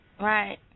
right